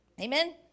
Amen